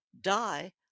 die